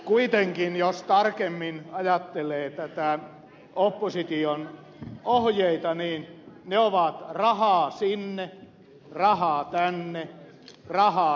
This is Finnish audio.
kuitenkin jos tarkemmin ajattelee näitä opposition ohjeita niin ne ovat rahaa sinne rahaa tänne rahaa tuonne